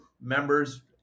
members